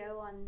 on